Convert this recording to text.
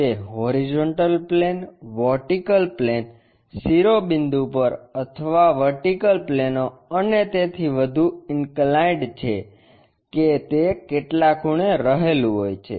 તે horizontal plane vertical plane શિરોબિંદુ પર અથવા વર્ટિકલ પ્લેનો અને તેથી વધુ ઈન્કલાઈન્ડ છે કે કેટલા ખૂણે રહેલું હોય છે